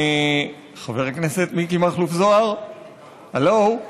חבר הכנסת מיקי מכלוף זוהר, הלו.